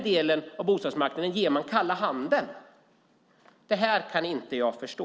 Det kan jag inte förstå.